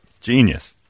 Genius